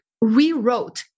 rewrote